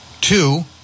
Two